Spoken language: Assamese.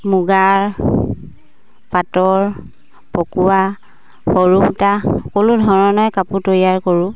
মুগাৰ পাটৰ পকোৱা সৰু সূতা সকলো ধৰণে কাপোৰ তৈয়াৰ কৰোঁ